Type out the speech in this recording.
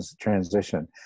transition